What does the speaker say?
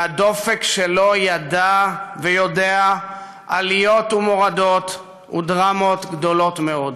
והדופק שלו ידע ויודע עליות ומורדות ודרמות גדולות מאוד.